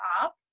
up